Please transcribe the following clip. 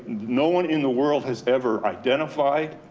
no one in the world has ever identified,